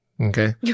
Okay